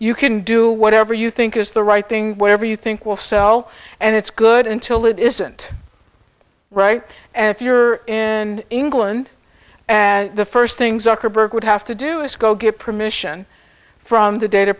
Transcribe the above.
you can do whatever you think is the right thing whatever you think will sell and it's good until it isn't right and if you're in england and the first things are berg would have to do is go get permission from the data